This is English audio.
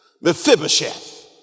Mephibosheth